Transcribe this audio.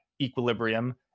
equilibrium